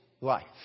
life